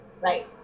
Right